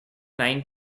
nine